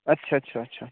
अच्छा अच्छा अच्छा